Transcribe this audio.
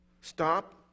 Stop